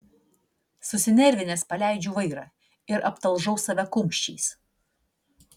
susinervinęs paleidžiu vairą ir aptalžau save kumščiais